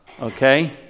Okay